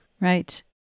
right